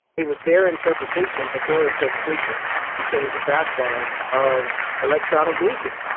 it was their interpretation, but their interpretation became the backbone of electronic music